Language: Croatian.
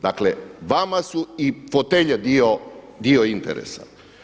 Dakle vama su i fotelje dio interesa.